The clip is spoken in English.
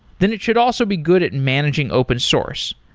then it should also be good at managing open source.